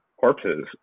corpses